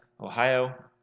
Ohio